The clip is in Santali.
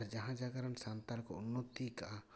ᱟᱨ ᱡᱟᱦᱟᱸ ᱡᱟᱭᱜᱟ ᱨᱮᱱ ᱥᱟᱱᱛᱟᱲ ᱠᱚ ᱩᱱᱱᱚᱛᱚ ᱟᱠᱟᱜᱼᱟ